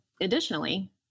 additionally